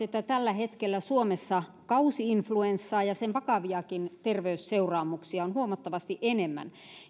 esimerkiksi että tällä hetkellä suomessa kausi influenssaa ja sen vakaviakin terveysseuraamuksia on huomattavasti enemmän